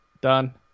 Done